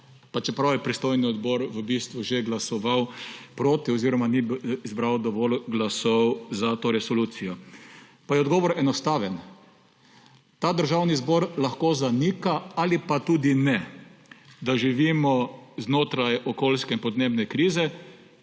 pa čeprav je pristojni odbor v bistvu že glasoval proti oziroma ni zbral dovolj glasov za to resolucijo. Pa je odgovor enostaven. Ta državni zbor lahko zanika ali pa tudi ne, da živimo znotraj okoljske in podnebne krize.